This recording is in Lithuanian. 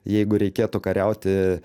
jeigu reikėtų kariauti